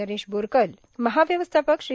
नरेश बोरकर महाव्यवस्थापक श्री